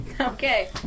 Okay